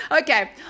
Okay